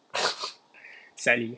sadly